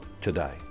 today